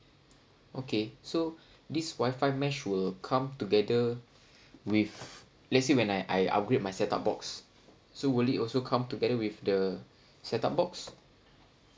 okay so this wifi mesh will come together with let's say when I I upgrade my set up box so will it also come together with the set up box